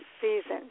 season